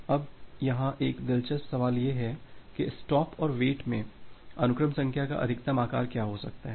अब यहां एक दिलचस्प सवाल यह है कि स्टॉप और वेट में अनुक्रम संख्या का अधिकतम आकार क्या हो सकता है